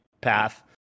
path